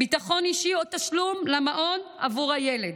ביטחון אישי או תשלום למעון עבור הילד,